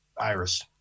Iris